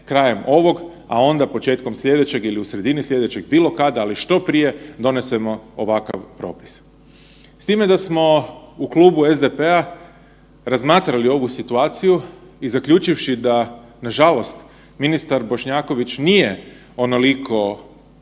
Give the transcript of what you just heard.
krajem ovog, a onda početkom slijedećeg ili u sredini slijedećeg, bilo kada, ali što prije donesemo ovakav propis. S time da smo u Klubu SDP-a razmatrali ovu situaciju i zaključivši da nažalost ministar Bošnjaković nije onoliko